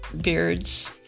beards